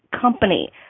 company